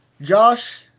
Josh